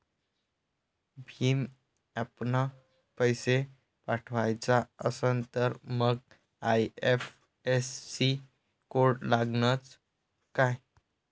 भीम ॲपनं पैसे पाठवायचा असन तर मंग आय.एफ.एस.सी कोड लागनच काय?